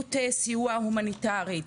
מדיניות סיוע הומניטרי,